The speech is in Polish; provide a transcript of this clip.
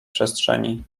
przestrzeni